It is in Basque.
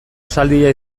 esaldia